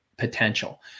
Potential